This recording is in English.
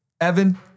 Evan